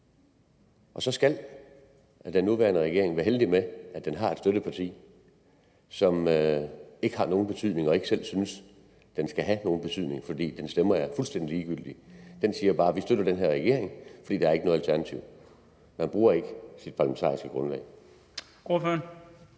Så skal den nuværende regering være heldig med, at den har et støtteparti, som ikke har nogen betydning og ikke selv synes, det skal have nogen betydning, fordi dets stemmer er fuldstændig ligegyldige. De siger bare: Vi støtter den her regering, fordi der ikke er noget alternativ. Man bruger ikke sit parlamentariske grundlag.